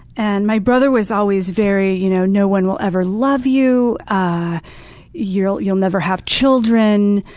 and my brother was always very, you know no one will ever love you. ah you'll you'll never have children.